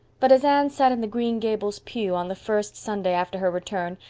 but as anne sat in the green gables pew, on the first sunday after her return,